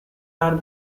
are